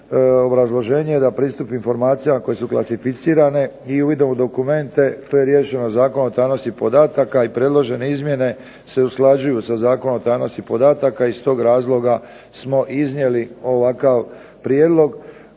Obrazloženje je da pristup informacijama koje su klasificirane i uvidom u dokumente to je riješeno Zakonom o tajnosti podataka i predložene izmjene se usklađuju sa Zakonom o tajnosti podataka. Iz tog razloga smo iznijeli ovakav prijedlog